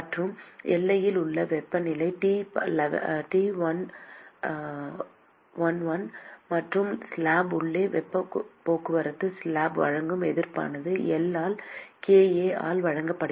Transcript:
மற்றும் எல்லையில் உள்ள வெப்பநிலை T 1l மற்றும் ஸ்லாப் உள்ளே வெப்ப போக்குவரத்துக்கு ஸ்லாப் வழங்கும் எதிர்ப்பானது L ஆல் kA ஆல் வழங்கப்படுகிறது